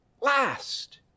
last